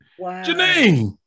Janine